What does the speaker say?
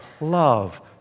love